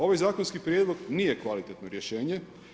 Ovaj zakonski prijedlog nije kvalitetno rješenje.